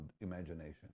imagination